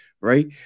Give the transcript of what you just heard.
right